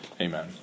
Amen